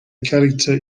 character